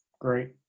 great